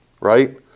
right